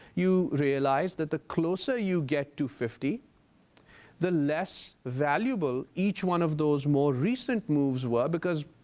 you realize that the closer you get to fifty the less valuable each one of those more recent moves were because,